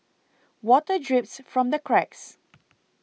water drips from the cracks